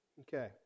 Okay